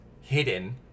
hidden